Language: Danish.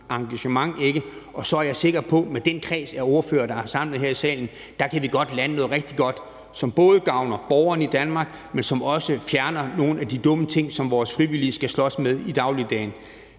engagement, og så er jeg sikker på, at med den kreds af ordførere, der er samlet her i salen, kan vi godt lande noget rigtig godt, som både gavner borgerne i Danmark, men som også fjerner nogle af de dumme ting, som vores frivillige skal slås med i dagligdagen.